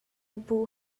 buh